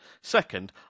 Second